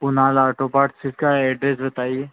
Kunal auto parts इसका address बताइए